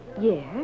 Yes